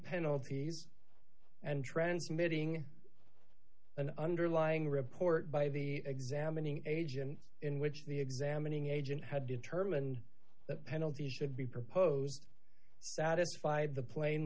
penalties and transmitting an underlying report by the examining agent in which the examining agent had determined the penalty should be proposed satisfied the pla